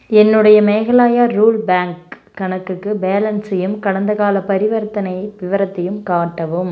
என்னுடைய Meghalaya rural bank கணக்குக்கு பேலன்ஸையும் கடந்தகால பரிவர்த்தனை விவரத்தையும் காட்டவும்